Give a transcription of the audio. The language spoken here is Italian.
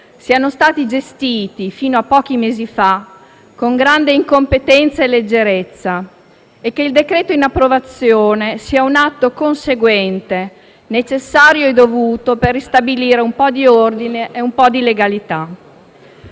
sono stati gestiti con grande incompetenza e leggerezza e che il testo in approvazione sia un atto conseguente, necessario e dovuto, per ristabilire un po' di ordine e di legalità.